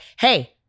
hey